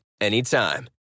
anytime